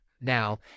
now